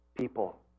people